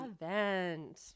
event